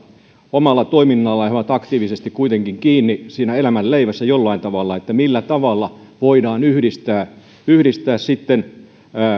omalla toiminnallaan he ovat kuitenkin aktiivisesti kiinni siinä elämän leivässä jollain tavalla millä tavalla voidaan yhdistää yhdistää